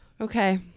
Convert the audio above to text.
okay